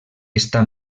està